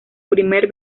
primer